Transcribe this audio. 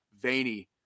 veiny